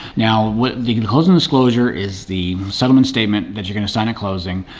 now with the closing disclosure is the settlement statement that you're going to sign closing.